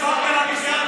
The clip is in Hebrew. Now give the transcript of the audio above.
פרפרת לכיסא,